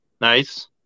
Nice